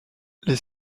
les